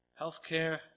Healthcare